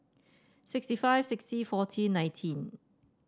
sixty five sixty forty nineteen